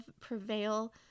prevail